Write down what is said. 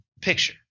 picture